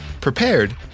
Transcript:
prepared